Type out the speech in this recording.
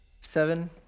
seven